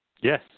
Yes